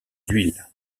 huiles